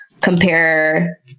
compare